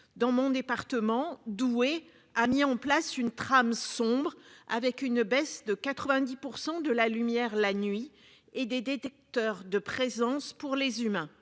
dans mon département doué, a mis en place une trame sombre avec une baisse de 90% de la lumière la nuit et des détecteurs de présence pour les humains.